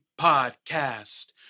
podcast